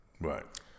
Right